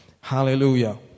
Hallelujah